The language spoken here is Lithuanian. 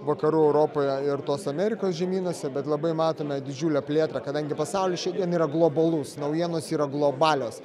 vakarų europoje ir tos amerikos žemynuose bet labai matome didžiulę plėtrą kadangi pasaulis šiandien yra globalus naujienos yra globalios